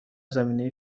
زمینه